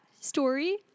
story